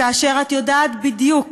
כאשר את יודעת בדיוק